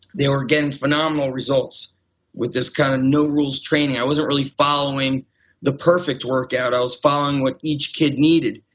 they were getting phenomenal results with this kind of no rules training. i wasn't really following the perfect workout. i was following what each kid needed.